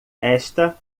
esta